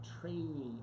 training